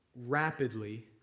rapidly